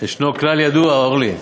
יש כלל ידוע, אורלי,